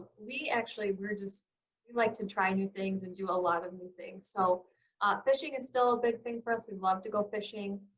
actually were just like to try new things and do a lot of new things so fishing is still a big thing for us we'd love to go fishing